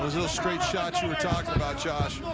little straight shots you were talking about, josh.